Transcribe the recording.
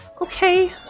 Okay